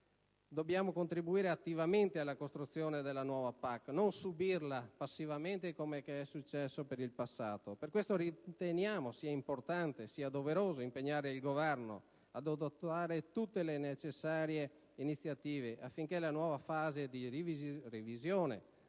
Dobbiamo contribuire attivamente alla costruzione della nuova PAC, non subirla passivamente come è successo per il passato. Per questo, riteniamo sia importante e doveroso impegnare il Governo ad adottare tutte le iniziative necessarie, affinché la nuova fase di revisione